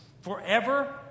forever